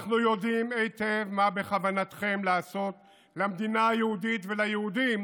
אנחנו יודעים היטב מה בכוונתכם לעשות למדינה היהודית וליהודים